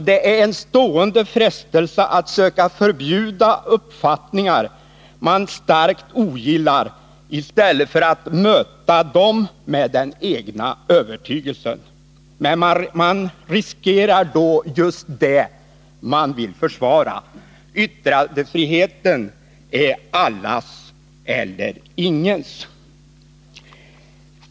Det är en stående frestelse att söka förbjuda uppfattningar man starkt ogillar i stället för att möta dem med den egna övertygelsen. Men man riskerar då just det man vill försvara. Yttrandefriheten är allas eller ingens.